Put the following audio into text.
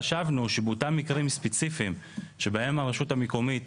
חשבנו שבאותם מקרים ספציפיים שבהם הרשות המקומית